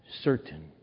certain